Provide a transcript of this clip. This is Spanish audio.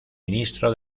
ministro